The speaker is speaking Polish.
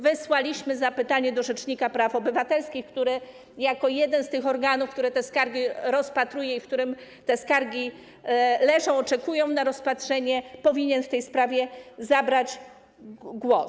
Wysłaliśmy zapytanie do rzecznika praw obywatelskich, który, jako jeden z organów, który te skargi rozpatruje - u niego te skargi leżą i oczekują na rozpatrzenie - powinien w tej sprawie zabrać głos.